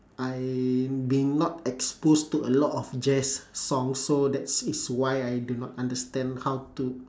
I been not exposed to a lot of jazz songs so that's is why I do not understand how to